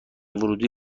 ورودی